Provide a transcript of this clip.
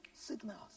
Signals